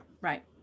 Right